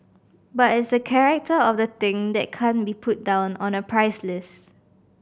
but it's the character of the thing that can't be put down on a price list